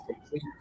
complete